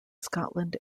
scotland